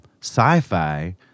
sci-fi